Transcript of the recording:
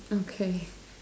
okay